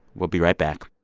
we'll be right back